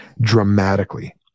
dramatically